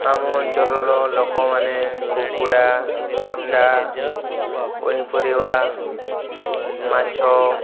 ଆମ ଅଞ୍ଚଳର ଲୋକମାନେ କୁକୁଡ଼ା ଅଣ୍ଡା ପନିପରିବା ମାଛ